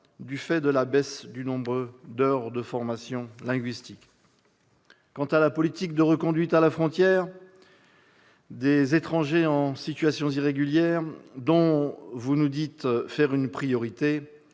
du fait de la baisse du nombre d'heures de formation linguistique. Quant à la politique de reconduite à la frontière des étrangers en situation irrégulière, dont vous nous dites faire une priorité,